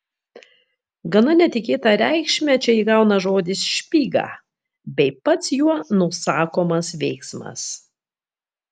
gana netikėtą reikšmę čia įgauna žodis špyga bei pats juo nusakomas veiksmas